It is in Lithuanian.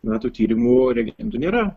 na tų tyrimų reagentų nėra